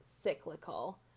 Cyclical